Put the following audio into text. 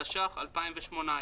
התשע"ח-2018,